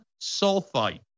sulfite